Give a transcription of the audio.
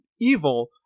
evil